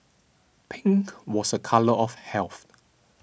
pink was a colour of health